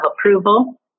approval